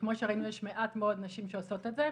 שכמו שראינו יש מעט מאוד נשים שעושות את זה,